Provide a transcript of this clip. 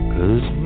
Cause